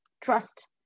trust